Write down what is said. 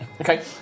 Okay